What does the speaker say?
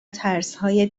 ترسهای